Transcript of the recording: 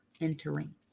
entering